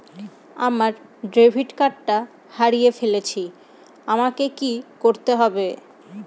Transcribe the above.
আমার ডেবিট কার্ডটা হারিয়ে ফেলেছি আমাকে কি করতে হবে?